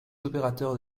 opérateurs